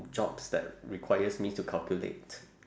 jobs that requires me to calculate